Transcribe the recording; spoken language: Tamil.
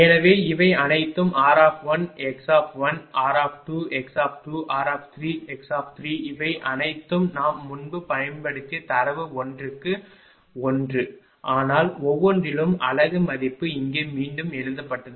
எனவே இவை அனைத்தும் r x r x r x இவை அனைத்தும் நாம் முன்பு பயன்படுத்திய தரவு ஒன்றுக்கு ஒன்று ஆனால் ஒவ்வொன்றிலும் அலகு மதிப்பு இங்கே மீண்டும் எழுதப்பட்டது